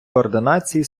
координації